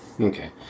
Okay